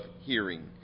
hearing